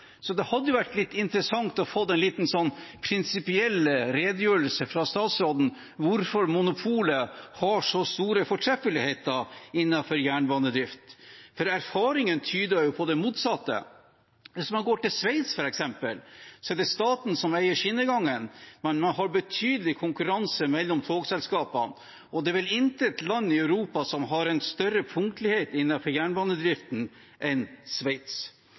Så det hadde vært litt interessant å få en liten prinsipiell redegjørelse fra statsråden om hvorfor monopolet har så store fortreffeligheter innenfor jernbanedrift, for erfaringen tyder jo på det motsatte. Hvis man går til Sveits f.eks., er det staten som eier skinnegangen, man har betydelig konkurranse mellom togselskapene, og det er vel intet land i Europa som har en større punktlighet innenfor jernbanedriften enn Sveits.